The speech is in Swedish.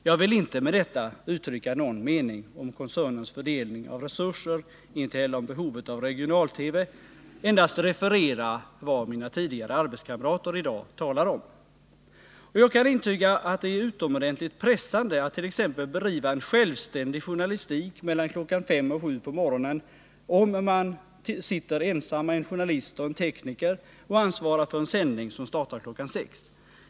Jag vill inte med detta uttrycka någon mening om koncernens fördelning av resurser, inte heller om behovet av regional-TV, endast referera vad mina tidigare arbetskamrater i dag talar om. Och jag kan intyga att det är utomordenttigt pressande attt.ex. bedriva en självständig journalistik mellan kl. 5 och 7 på morgonen när en journalist och entekniker ensamma har att ansvara för en sändning som startar kl. 6.